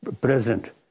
president